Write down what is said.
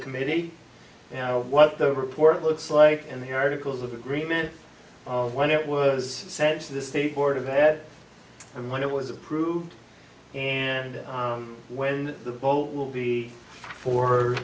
committee you know what the report looks like and the articles of agreement on when it was sent to the state board of it and when it was approved and when the vote will be